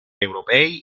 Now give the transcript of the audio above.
europei